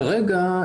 כרגע,